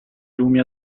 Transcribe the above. lumi